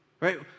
Right